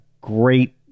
great